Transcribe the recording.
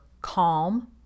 calm